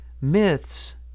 Myths